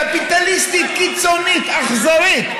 קפיטליסטית קיצונית ואכזרית.